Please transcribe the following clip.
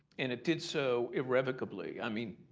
and it did so irrevocably, i mean,